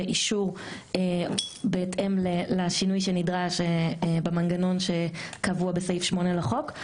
ואישור בהתאם לשינוי שנדרש במנגנון שקבוע בסעיף 8 לחוק.